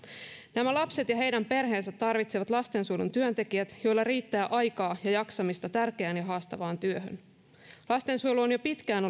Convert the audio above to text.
nämä lapset ja heidän perheensä tarvitsevat lastensuojelun työntekijät joilla riittää aikaa ja jaksamista tärkeään ja haastavaan työhön lastensuojelu on jo pitkään